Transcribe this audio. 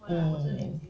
mm